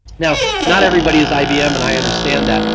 you know not everybody is ibm and i understand that,